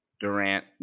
Durant